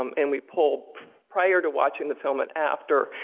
um and we polled prior to watching the film and after.